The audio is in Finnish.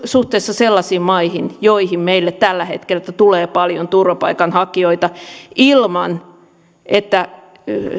suhteessa sellaisiin maihin joista meille tällä hetkellä tulee paljon turvapaikanhakijoita ilman että